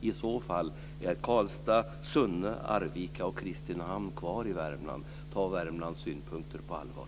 I så fall är Karlstad, Sunne, Arvika och Kristinehamn kvar i Värmland. Ta Värmlands synpunkter på allvar.